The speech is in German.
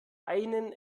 einen